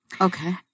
Okay